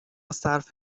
صرف